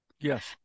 Yes